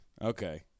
Okay